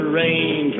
rain